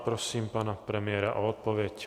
Prosím pana premiéra o odpověď.